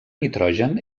nitrogen